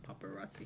paparazzi